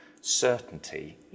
certainty